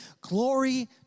Glory